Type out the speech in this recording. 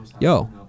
Yo